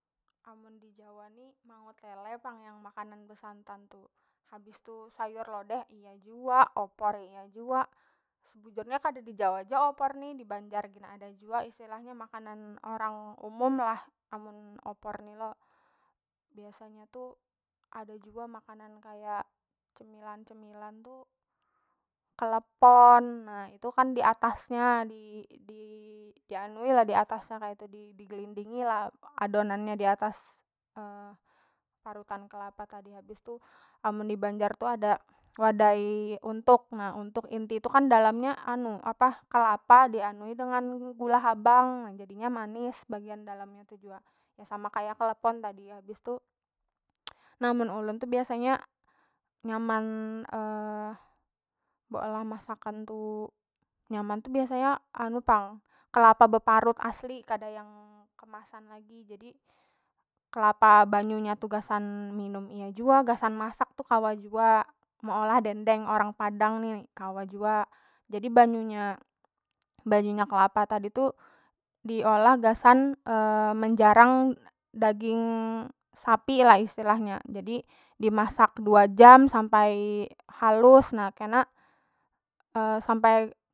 Amun dijawa ni mangut lele pang yang makanan besantan tu habis tu sayur lodeh iya jua opor iya jua sebujurnya kada dijawa ja opor ni dibanjar gin ada jua istilahnya makanan orang umum lah amun opor ni lo biasanya tu ada jua makanan kaya cemilan- cemilan tu kelepon na itu kan diatas nya di- dianui lah diatasnya kaitu di- digelindingi lah adonan nya diatas parutan kelapa tadi habis tu amun dibanjar tu ada wadai untuk na untuk inti tu kan dalam nya anu apah kelapa dianui dengan gula habang na jadinya manis bagian dalam nya tu jua ya sama kaya kelepon tadi habis tu, na mun ulun tu biasanya nyaman beolah masakan tu nyaman tu anu pang kelapa beparut asli kada yang kemasan lagi jadi kelapa banyu nya tu gasan minum iya jua gasan masak tu kawa jua meolah dendeng orang padang ni kawa jua jadi banyu nya- banyu nya kelapa tadi tu diolah gasan menjarang daging sapi istilahnya dimasak dua jam sampai halus na kena sampai.